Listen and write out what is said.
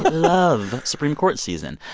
love supreme court season.